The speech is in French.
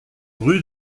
rue